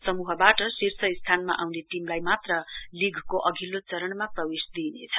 समूहबाट शीर्ष स्थानमा आउने टीमलाई मात्र लीगको अघिल्लो चरणमा प्रवेश दिइनेछ